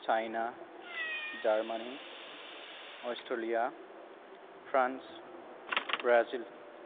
China Germany Australia France Brazil